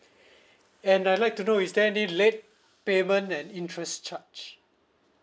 and I'd like to know is there any late payment and interest charge